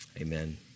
Amen